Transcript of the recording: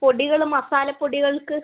പൊടികൾ മസാല പൊടികൾക്ക്